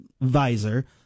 visor